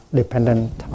dependent